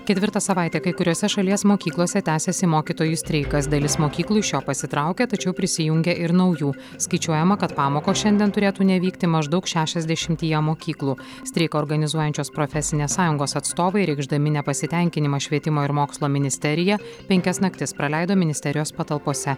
ketvirtą savaitę kai kuriose šalies mokyklose tęsiasi mokytojų streikas dalis mokyklų iš jo pasitraukia tačiau prisijungia ir naujų skaičiuojama kad pamokos šiandien turėtų nevykti maždaugšešiasdešimtyje mokyklų streiką organizuojančios profesinės sąjungos atstovai reikšdami nepasitenkinimą švietimo ir mokslo ministerija penkias naktis praleido ministerijos patalpose